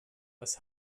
was